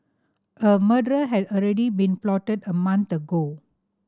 a murder had already been plotted a month ago